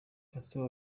gatsibo